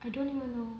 I don't even know